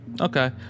Okay